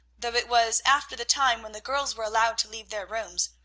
though it was after the time when the girls were allowed to leave their rooms,